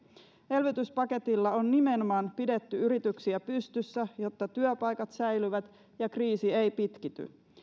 elvytyspaketilla on nimenomaan pidetty yrityksiä pystyssä jotta työpaikat säilyvät ja kriisi ei pitkity